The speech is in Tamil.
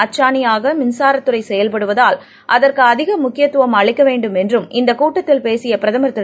அச்சாணியாகமின்சாரதுறைசெயல்படுவதால் பொருளாதாரத்தின் அதற்குஅதிகமுக்கியத்துவம் அளிக்கவேண்டும் என்றும் இந்தகூட்டத்தில் பேசியபிரதமர் திரு